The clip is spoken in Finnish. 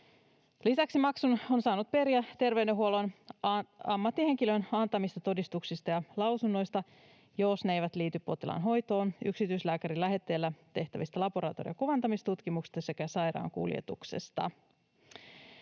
Lisäksi maksun on saanut periä terveydenhuollon ammattihenkilön antamista todistuksista ja lausunnoista, jos ne eivät liity potilaan hoitoon, yksityislääkärin lähetteellä tehtävistä laboratorio- ja kuvantamistutkimuksista sekä sairaankuljetuksesta.